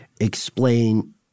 explain